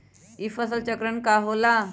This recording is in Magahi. ई फसल चक्रण का होला?